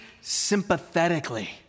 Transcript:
sympathetically